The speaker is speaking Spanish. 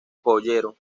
joyero